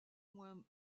moins